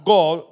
God